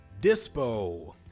dispo